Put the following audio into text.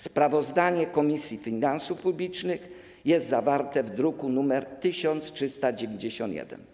Sprawozdanie Komisji Finansów Publicznych jest zawarte w druku nr 1391.